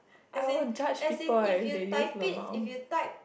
I won't touch people leh if they use lmao